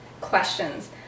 questions